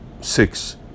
Six